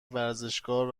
ورزشکار